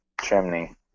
chimney